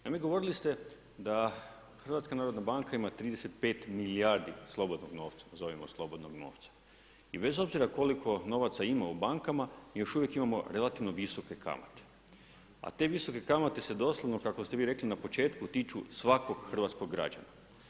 Naime, govorili ste da HNB ima 35 milijardi slobodnog novca, nazovimo slobodnog novca i bez obzira koliko novaca ima u bankama, mi još uvijek imamo relativno visoke kamate, a te visoke kamate se doslovno kako ste vi rekli na početku tiču svakog hrvatskog građanina.